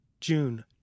June